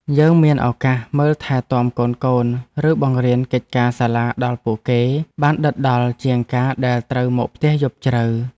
យើងមានឱកាសមើលថែទាំកូនៗ ឬបង្រៀនកិច្ចការសាលាដល់ពួកគេបានដិតដល់ជាងការដែលត្រូវមកផ្ទះយប់ជ្រៅ។